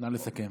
נא לסכם.